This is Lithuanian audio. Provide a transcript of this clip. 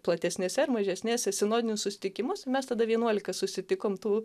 platesnėse ar mažesnėse sinodinius susitikimus ir mes tada vienuolika susitikom tų